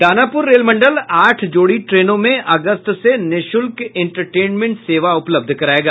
Danapur rail मंडल आठ जोड़ी ट्रेनों में अगस्त से निःशुल्क इंटरटेनमेंट सेवा उपलब्ध करायेगा